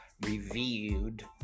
reviewed